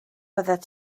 byddet